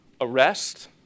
arrest